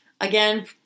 Again